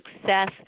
success